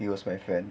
he was my friend